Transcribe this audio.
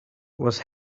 was